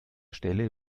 stelle